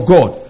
God